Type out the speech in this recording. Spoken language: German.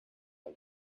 ein